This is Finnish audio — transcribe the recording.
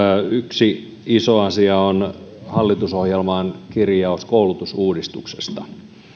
yksi iso asia on hallitusohjelman kirjaus koulutusuudistuksesta